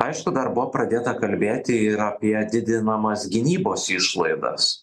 aišku dar buvo pradėta kalbėti ir apie didinamas gynybos išlaidas